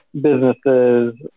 businesses